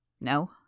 No